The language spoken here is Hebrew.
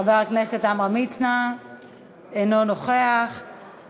חבר הכנסת עמרם מצנע אינו נוכח,